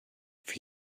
for